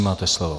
Máte slovo.